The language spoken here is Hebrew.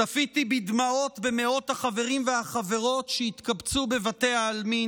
צפיתי בדמעות במאות החברים והחברות שהתקבצו בבתי העלמין,